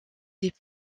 des